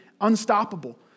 unstoppable